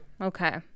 Okay